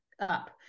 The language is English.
up